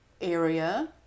area